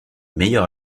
meilleur